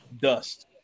dust